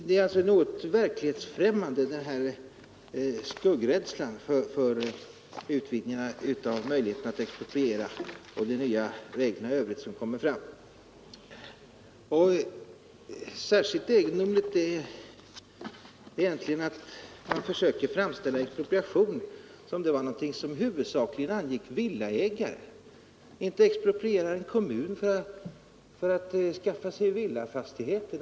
Det är något verklighetsfrämmande med denna skuggrädsla som kommer fram inför utvidgning av möjligheterna att expropriera och de nya reglerna i övrigt. Särskilt egendomligt är egentligen att man försöker framställa expropriation som om det var någonting som huvudsakligen angick villaägare. Inte exproprierar en kommun för att skaffa sig villafastigheter!